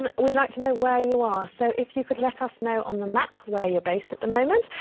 and we'd like to know where you are. so if you could let us know on the map where you're based at the moment,